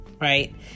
right